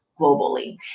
globally